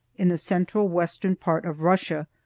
in the central western part of russia,